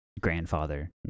Grandfather